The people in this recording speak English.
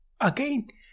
again